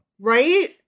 Right